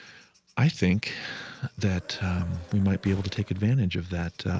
i think that we might be able to take advantage of that.